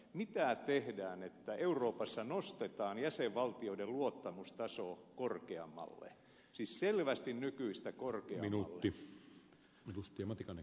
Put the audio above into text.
mitä tehdään jotta euroopassa nostetaan jäsenvaltioiden luottamustaso korkeammalle siis selvästi nykyistä korkeammalle